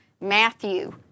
Matthew